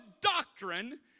doctrine